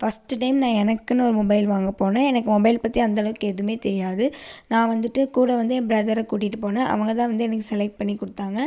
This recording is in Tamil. ஃபஸ்ட்டு டைம் நான் எனக்குன்னு ஒரு மொபைல் வாங்க போனேன் எனக்கு மொபைல் பற்றி அந்த அளவுக்கு எதுவுமே தெரியாது நான் வந்துட்டு கூட வந்து என் ப்ரதர கூட்டிகிட்டி போனேன் அவங்க தான் வந்து எனக்கு செலெக்ட் பண்ணி கொடுத்தாங்க